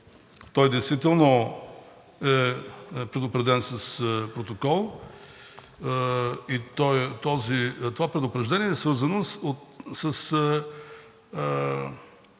той действително е предупреден с протокол и това предупреждение е свързано с